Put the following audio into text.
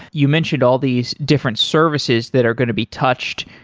you mentioned all these different services that are going to be touched,